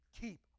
keep